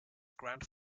grand